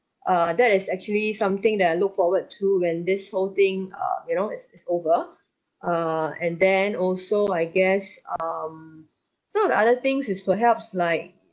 uh that is actually something that I look forward to when this whole thing uh you know is is over err and then also I guess um so the other thing is perhaps like